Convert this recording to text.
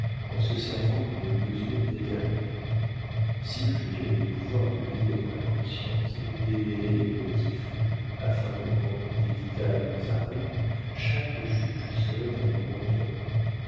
en se servant d'une mesure déterminée si le juge avait le pouvoir de lire dans la conscience et de démêler les motifs afin de rendre d'équitables arrêts chaque juge serait un grand homme